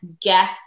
get